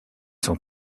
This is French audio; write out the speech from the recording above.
sont